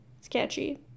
sketchy